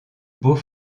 beau